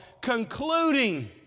concluding